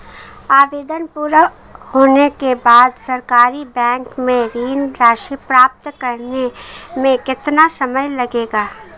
आवेदन पूरा होने के बाद सरकारी बैंक से ऋण राशि प्राप्त करने में कितना समय लगेगा?